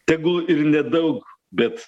tegul ir nedaug bet